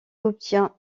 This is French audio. obtient